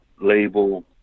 label